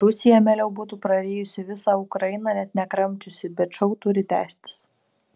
rusija mieliau būtų prarijusi visą ukrainą net nekramčiusi bet šou turi tęstis